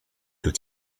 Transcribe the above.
του